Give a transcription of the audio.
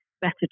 better